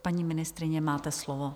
Paní ministryně, máte slovo.